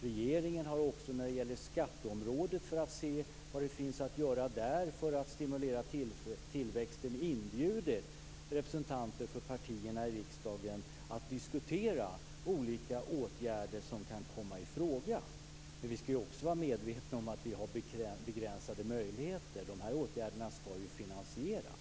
Regeringen har också när det gäller skatteområdet inbjudit representanter för partierna i riksdagen att diskutera olika åtgärder som kan komma i fråga för att man skall se vad det finns att göra för att stimulera tillväxten. Men vi skall också vara medvetna om att vi har begränsade möjligheter. Dessa åtgärder skall ju finansieras.